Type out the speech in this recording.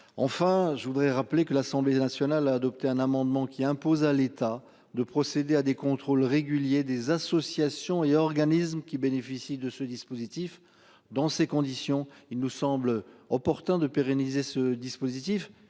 Enfin, je voudrais rappeler que l'Assemblée nationale a adopté un amendement qui impose à l'État de procéder à des contrôles réguliers des associations et organismes qui bénéficient de ce dispositif. Dans ces conditions, il nous semble opportun de pérenniser ce dispositif